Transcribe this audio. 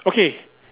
okay